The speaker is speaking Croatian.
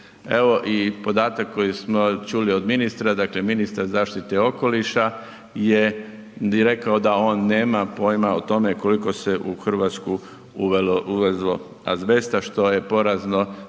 Evo i podatak koji smo čuli od ministra, dakle ministar zaštite okoliša je rekao da on nema pojma o tome koliko se u RH uvezlo azbesta što je porazno